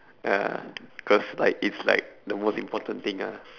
ya cause like it's like the most important thing ah